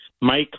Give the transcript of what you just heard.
Mike